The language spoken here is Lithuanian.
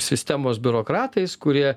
sistemos biurokratais kurie